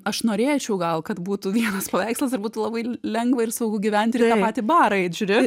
aš norėčiau gal kad būtų vienas paveikslas ir būtų labai lengva ir saugu gyvent ir į tą patį barą eit žiūri